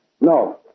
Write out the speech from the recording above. No